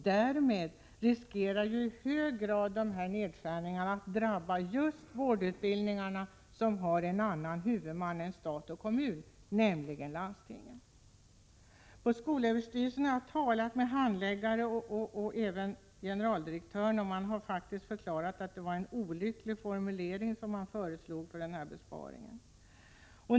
Därmed riskerar dessa nedskärningar att i hög grad drabba just de vårdutbildningar som har en annan huvudman än stad och kommun, nämligen landstingen. På skolöverstyrelsen har jag talat med handläggare och även med generaldirektören. Man har faktiskt förklarat att det var en olycklig formulering som man använde när man föreslog denna besparing.